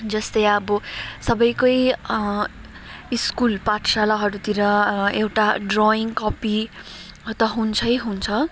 जस्तै अब सबैकै स्कुल पाठशालाहरूतिर एउटा ड्रोइङ कपी त हुन्छै हुन्छ